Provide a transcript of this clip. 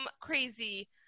crazy